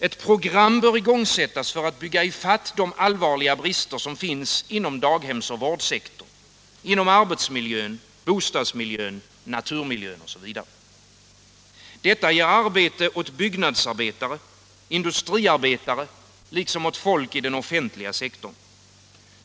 Ett program bör ingångsättas för att bygga i fatt de allvarliga brister som finns inom daghems och vårdsektorn, inom arbetsmiljön, naturmiljön, bostadsmiljön m.m. Detta ger arbete åt byggnadsarbetare, industriarbetare, liksom åt folk inom den offentliga sektorn.